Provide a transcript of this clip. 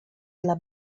dla